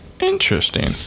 Interesting